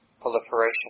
proliferation